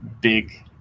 big